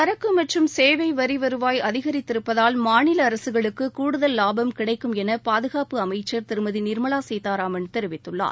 சரக்கு மற்றும் சேவை வரி வருவாய் அதிகரிப்பதால் மாநில அரசுகளுக்கு கூடுதல் லாபம் கிடைக்கும் என பாதுகாப்புத் துறை அமைச்சள் திருமதி நிர்மலா சீதாராமன் தெரிவித்துள்ளார்